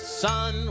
sun